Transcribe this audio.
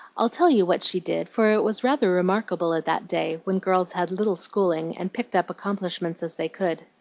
i'll tell you what she did, for it was rather remarkable at that day, when girls had little schooling, and picked up accomplishments as they could.